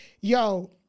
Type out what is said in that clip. yo